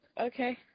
Okay